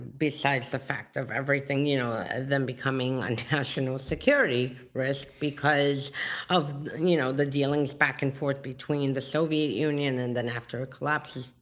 besides the fact of everything, you know, then becoming and national security risk because of know the dealings back and forth between the soviet union and then after a collapse,